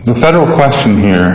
the federal question here